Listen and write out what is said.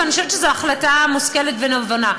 ואני חושבת שזו החלטה מושכלת ונבונה.